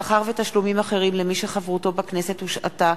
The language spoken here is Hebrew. (שכר ותשלומים אחרים למי שחברותו בכנסת הושעתה),